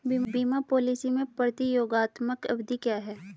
बीमा पॉलिसी में प्रतियोगात्मक अवधि क्या है?